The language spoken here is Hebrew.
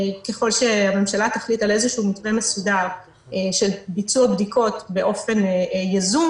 ככל שהממשלה תחליט על איזה שהוא מתווה מסודר של ביצוע בדיקות באופן יזום